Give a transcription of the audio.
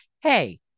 hey